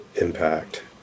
impact